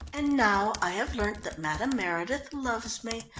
and now i have learnt that madame meredith loves me.